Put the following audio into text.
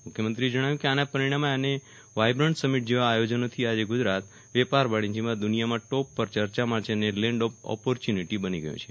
મુખ્યમંત્રીએ જણાવ્યું કે આના પરિણામે અને વાયબ્રન્ટ સમિટ જેવા આયોજનોથી આજે ગુજરાત વેપાર વાણિજયમાં દુનિયામાં ટોપ પર ચર્ચામાં છે અને લેન્ડ ઓફ ઓપોર્ચ્યુનિટી બની ગયું છે